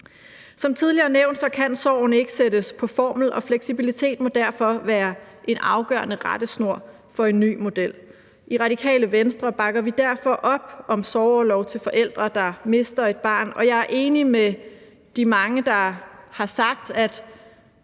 Som tidligere nævnt kan sorgen ikke sættes på formel, og fleksibilitet må derfor være en afgørende rettesnor for en ny model. I Radikale Venstre bakker vi derfor op om sorgorlov til forældre, der mister et barn, og jeg er enig med de mange, der har sagt, at